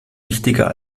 wichtiger